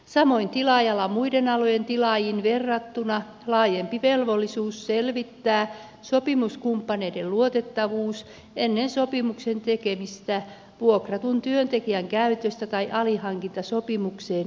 samoin tilaajalla on muiden alueen tilaajiin verrattuna laajempi velvollisuus selvittää sopimuskumppaneiden luotettavuus ennen sopimuksen tekemistä vuokratun työntekijän käytöstä tai alihankintasopimukseen perustuvasta työstä